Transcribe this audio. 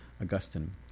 Augustine